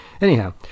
Anyhow